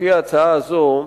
לפי ההצעה הזאת,